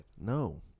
No